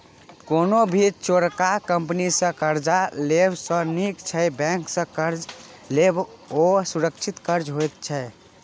कोनो भी चोरका कंपनी सँ कर्जा लेब सँ नीक छै बैंक सँ कर्ज लेब, ओ सुरक्षित कर्ज होइत छै